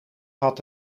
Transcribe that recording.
had